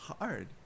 hard